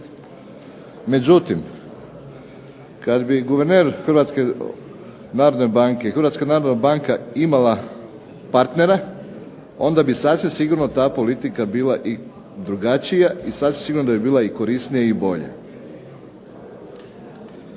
Međutim, kada bi guverner HNB-e, imala partnera onda bi sasvim sigurno ta politika bila drugačija i sasvim sigurno da bi bila korisnija i bolja.